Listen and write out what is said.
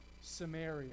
Samaria